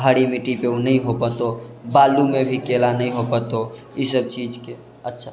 भारी मिट्टीपर नहि हो पएतऽ बालूमे भी केला नहि हो पएतऽ ईसब चीजके अच्छा